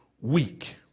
weak